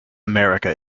america